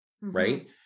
right